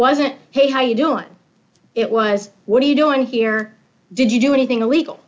wasn't hey how you doing it was what are you doing here did you do anything illegal